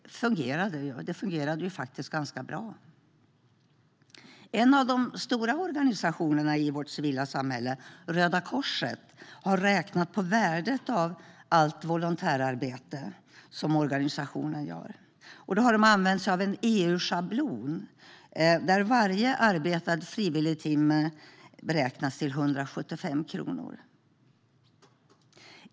Det fungerade faktiskt ganska bra. En av de stora organisationerna i vårt civila samhälle, Röda Korset, har räknat på värdet av allt volontärarbete som organisationen gör. De har använt sig av en EU-schablon, där varje arbetad frivilligtimme beräknas till 175 kronor.